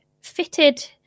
fitted